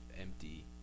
empty